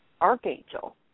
archangel